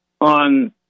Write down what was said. on